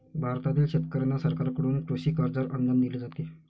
भारतातील शेतकऱ्यांना सरकारकडून कृषी कर्जावर अनुदान दिले जाते